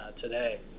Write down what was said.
today